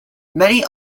many